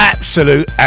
Absolute